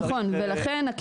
נכון ולכן,